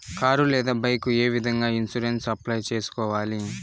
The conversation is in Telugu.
కారు లేదా బైకు ఏ విధంగా ఇన్సూరెన్సు అప్లై సేసుకోవాలి